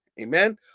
Amen